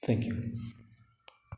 thank you